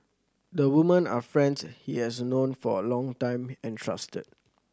the women are friends he has known for a long time and trusted